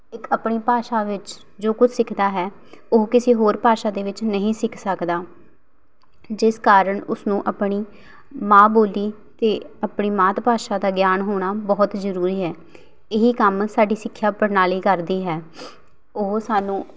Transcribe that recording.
ਇੱਕ ਆਪਣੀ ਭਾਸ਼ਾ ਵਿੱਚ ਜੋ ਕੁਛ ਸਿੱਖਦਾ ਹੈ ਉਹ ਕਿਸੇ ਹੋਰ ਭਾਸ਼ਾ ਦੇ ਵਿੱਚ ਨਹੀਂ ਸਿੱਖ ਸਕਦਾ ਜਿਸ ਕਾਰਨ ਉਸਨੂੰ ਆਪਣੀ ਮਾਂ ਬੋਲੀ ਅਤੇ ਆਪਣੀ ਮਾਤ ਭਾਸ਼ਾ ਦਾ ਗਿਆਨ ਹੋਣਾ ਬਹੁਤ ਜ਼ਰੂਰੀ ਹੈ ਇਹ ਕੰਮ ਸਾਡੀ ਸਿੱਖਿਆ ਪ੍ਰਣਾਲੀ ਕਰਦੀ ਹੈ ਉਹ ਸਾਨੂੰ